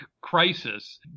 crisis